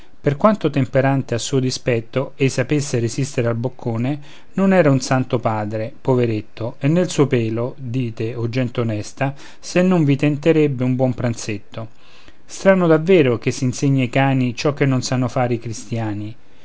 per quanto temperante a suo dispetto ei sapesse resistere al boccone non era un santo padre poveretto e nel suo pelo dite o gente onesta se non vi tenterebbe un buon pranzetto strano davvero che s'insegni ai cani ciò che non sanno fare i cristiani